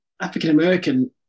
African-American